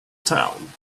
town